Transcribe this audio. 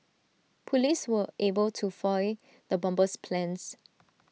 Police were able to foil the bomber's plans